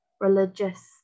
religious